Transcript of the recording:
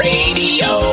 Radio